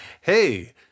hey